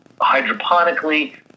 hydroponically